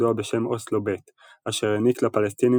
הידוע בשם "אוסלו ב'" אשר העניק לפלסטינים